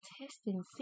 testing